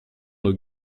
nos